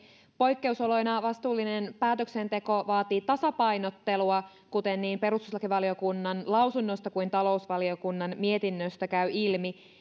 poikkeusoloissa vastuullinen päätöksenteko vaatii tasapainottelua kuten niin perustuslakivaliokunnan lausunnosta kuin talousvaliokunnan mietinnöstä käy ilmi